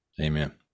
Amen